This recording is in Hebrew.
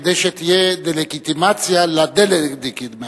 כדי שתהיה לגיטימיציה לדה-לגיטימציה.